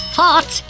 hot